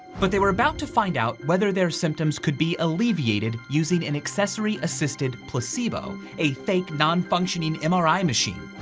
but they were about to find out whether their symptoms could be alleviated using an accessory assisted placebo, a fake non functioning mri machine.